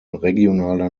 regionaler